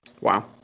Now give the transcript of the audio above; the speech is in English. wow